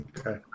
Okay